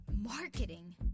Marketing